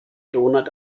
donut